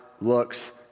looks